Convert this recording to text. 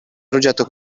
progetto